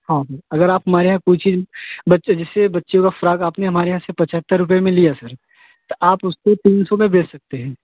हाँ अगर आप हमारे यहाँ कोई चीज़ बच्चे जैसे बच्चे को फ्रॉक अपने हमारे यहाँ से पचहत्तर रुपये में लिया सर तो आप उसको तीन सौ में बेच सकते हैं